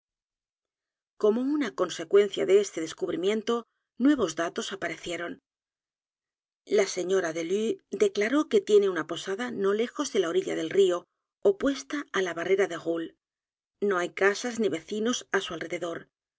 como una consecuencia de este descubrimiento nuevos datos aparecieron la señora delue declaró que tiene una posada no lejos d é l a orilla del río opuesta á la barrera de roule no hay casas ni vecinos á su alrededor